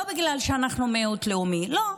לא בגלל שאנחנו מיעוט לאומי, לא.